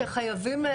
שחייבים,